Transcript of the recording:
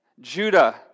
Judah